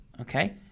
Okay